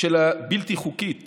בלתי חוקית